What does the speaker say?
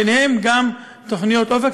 וביניהם גם תוכניות "אופק",